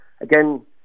again